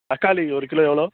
தக்காளி ஒரு கிலோ எவ்வளோ